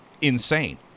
insane